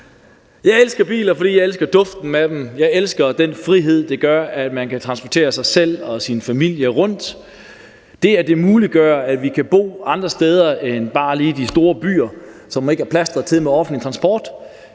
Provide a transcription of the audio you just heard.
Jeg elsker biler, fordi jeg elsker duften af dem. Jeg elsker den frihed, der gør, at man kan transportere sig selv og sin familie rundt; det, at det muliggør, at vi kan bo andre steder end bare lige i de store byer, som ikke er plastret til med offentlig transport;